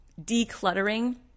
decluttering